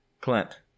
Clint